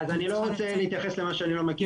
אז אני לא רוצה להתייחס למשהו שאני לא מכיר,